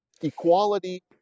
Equality